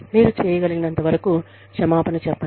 మీరు చేయగలిగినంత వరకు క్షమాపణ చెప్పండి